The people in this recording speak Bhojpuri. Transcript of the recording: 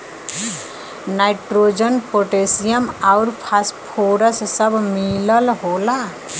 नाइट्रोजन पोटेशियम आउर फास्फोरस सब मिलल होला